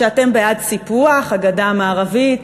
שאתם בעד סיפוח הגדה המערבית?